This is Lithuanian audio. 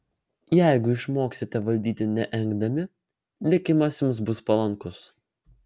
jeigu išmoksite valdyti neengdami likimas jums bus palankus